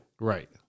right